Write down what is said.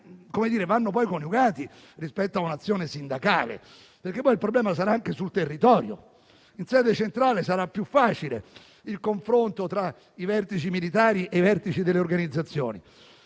essere coniugati rispetto a un'azione sindacale. Il problema sarà poi sul territorio. In sede centrale sarà più facile il confronto tra i vertici militari e i vertici delle organizzazioni,